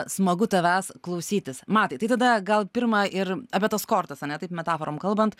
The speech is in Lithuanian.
smagu tavęs klausytis matai tada gal pirma ir apie tas kortas ane taip metaforom kalbant